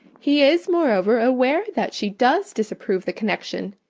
he is, moreover, aware that she does disapprove the connection,